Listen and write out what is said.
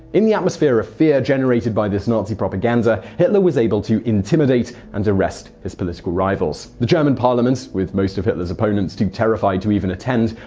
in the atmosphere of fear generated by nazi propaganda hitler was able to intimidate and arrest his political rivals. the german parliament, with most of hitler's opponents too terrified to even attend,